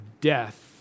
death